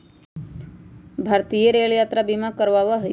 भारतीय रेल यात्रा बीमा करवावा हई